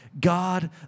God